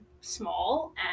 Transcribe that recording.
small